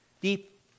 Deep